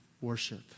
worship